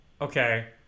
Okay